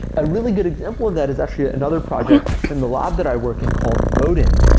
a really good example of that is actually another project in the lab that i worked in called modin,